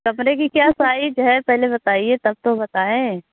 कमरे की क्या साइज़ है पहले बताइए तब तो बताएँ